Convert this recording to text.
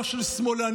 לא של שמאלנים,